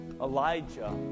Elijah